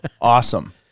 awesome